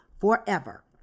forever